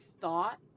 thought